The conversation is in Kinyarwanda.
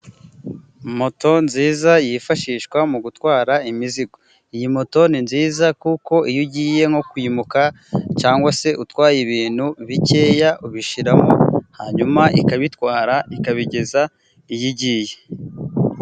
Moto nziza yifashishwa mu gutwara imizigo. Iyi moto ni nziza kuko iyo ugiye nko kwimuka cyangwa se utwaye ibintu bikeya ubishyiramo, hanyuma ikabitwara ikabigeza iyo igiye.